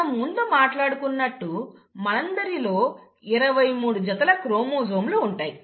మనం ముందు మాట్లాడుకున్నట్టు మనందరిలో 23 జతల క్రోమోజోములు ఉంటాయి